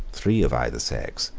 three of either sex,